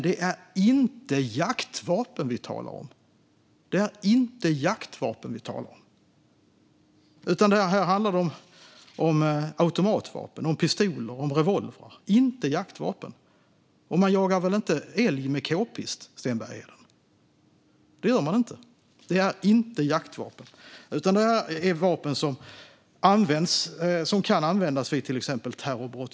Det är inte jaktvapen vi talar om. Här handlar det om automatvapen, pistoler och revolvrar - inte om jaktvapen. Man jagar väl inte älg med kpist, Sten Bergheden? Det gör man inte. Detta är inte jaktvapen, utan det här är vapen som kan användas vid till exempel terrorbrott.